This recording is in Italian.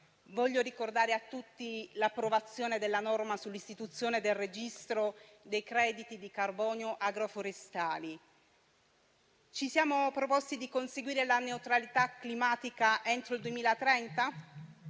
Voglio ricordare a tutti l'approvazione della norma sull'istituzione del registro dei crediti di carbonio agroforestali. Ci siamo proposti di conseguire la neutralità climatica entro il 2030